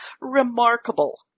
remarkable